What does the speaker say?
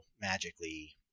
magically